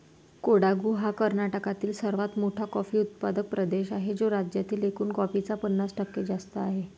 कोडागु हा कर्नाटकातील सर्वात मोठा कॉफी उत्पादक प्रदेश आहे, जो राज्यातील एकूण कॉफीचे पन्नास टक्के जास्त आहे